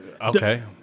Okay